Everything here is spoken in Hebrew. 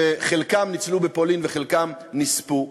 שחלקם ניצלו בפולין וחלקם נספו,